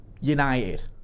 united